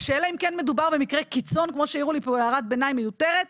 שאלא אם כן מדובר במקרה קיצון כמו שהעירו לי פה הערת ביניים מיותרת.